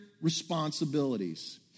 responsibilities